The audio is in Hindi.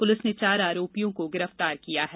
पुलिस ने चार आरोपियों को गिरप्तार किया है